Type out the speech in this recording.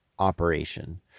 operation